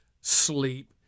sleep